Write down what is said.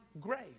grace